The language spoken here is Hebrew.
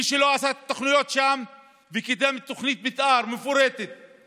מי שלא עשה תוכניות שם וקידם תוכנית מתאר מפורטת,